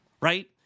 right